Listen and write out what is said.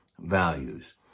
values